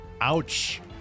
Ouch